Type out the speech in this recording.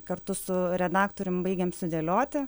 kartu su redaktorium baigėm sudėlioti